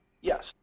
yes